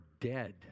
dead